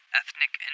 ethnic